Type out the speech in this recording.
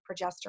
progesterone